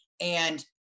and-